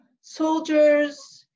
soldiers